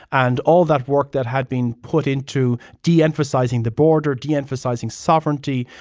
and all that work that had been put into deemphasizing the border, deemphasizing sovereignty,